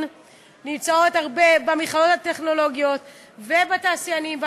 נמצאות הרבה במכללות הטכנולוגיות ואצל התעשיינים.